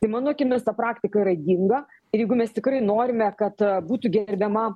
tai mano akimis ta praktika yra ydinga ir jeigu mes tikrai norime kad būtų gerbiama